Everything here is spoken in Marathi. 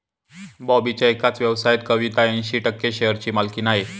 बॉबीच्या एकाच व्यवसायात कविता ऐंशी टक्के शेअरची मालकीण आहे